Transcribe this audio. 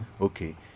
Okay